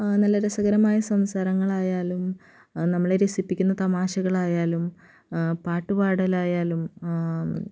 നല്ല രസകരമായ സംസാരങ്ങളായാലും നമ്മളെ രസിപ്പിക്കുന്ന തമാശകളായാലും പാട്ടുപാടലായാലും